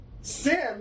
sin